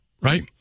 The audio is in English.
right